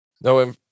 No